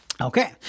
Okay